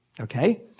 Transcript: Okay